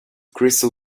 crystal